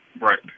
Right